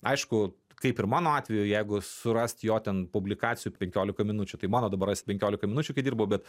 aišku kaip ir mano atveju jeigu surast jo ten publikacijų penkiolika minučių tai man dabar rasit penkiolika minučių kai dirbau bet